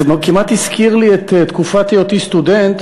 זה כמעט הזכיר לי את תקופת היותי סטודנט